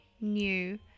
new